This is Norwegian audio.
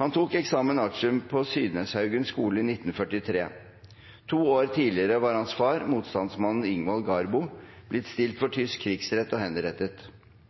Han tok examen artium på Sydneshaugen skole 1943. To år tidligere var hans far, motstandsmannen Ingvald Garbo, blitt stilt for tysk krigsrett og henrettet.